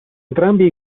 entrambi